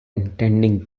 intending